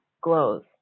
glows